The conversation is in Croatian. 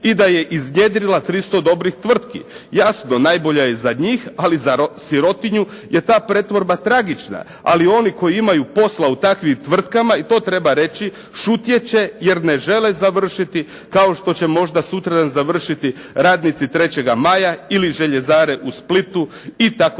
i da je iznjedrila 300 dobrih tvrtki. Jasno najbolja je za njih, ali za sirotinju je ta pretvorba tragična. Ali oni koji imaju posla u takvim tvrtkama, i to treba reći, šutjet će jer ne žele završiti kao što će možda sutradan završiti radnici "3. Maja" ili željezare u Splitu itd.